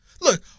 Look